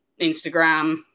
Instagram